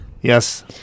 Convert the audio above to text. Yes